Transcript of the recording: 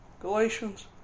Galatians